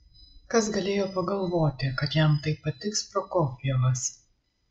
kas galėjo pagalvoti kad jam taip patiks prokofjevas